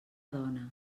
dona